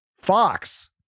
Fox